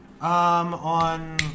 on